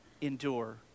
endure